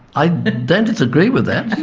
i don't disagree with that